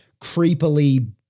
creepily